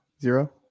zero